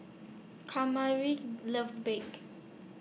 Kamari loves Baked